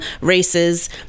races